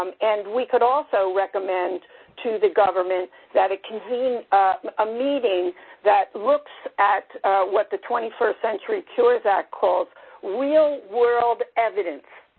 um and we could also recommend to the government that a i mean ah meeting that looks at what the twenty first century cures act calls real-world evidence.